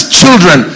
children